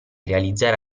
realizzare